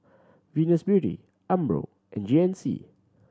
Venus Beauty Umbro and G N C